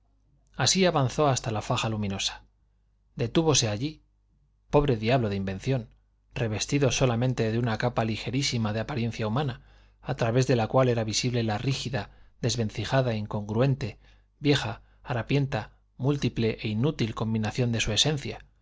así avanzó hasta la faja luminosa detúvose allí pobre diablo de invención revestido solamente de una capa ligerísima de apariencia humana a través de la cual era visible la rígida desvencijada incongruente vieja harapienta múltiple e inútil combinación de su esencia